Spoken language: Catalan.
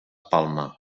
palma